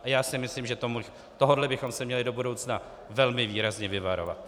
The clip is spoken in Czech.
A já si myslím, že tohohle bychom se měli do budoucna velmi výrazně vyvarovat.